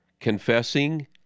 confessing